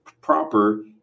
proper